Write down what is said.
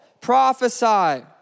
prophesy